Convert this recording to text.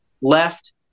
left